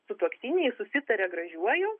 sutuoktiniai susitaria gražiuoju